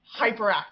hyperactive